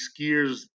skiers